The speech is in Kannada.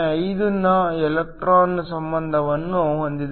05 ನ ಎಲೆಕ್ಟ್ರಾನ್ ಸಂಬಂಧವನ್ನು ಹೊಂದಿದೆ